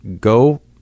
go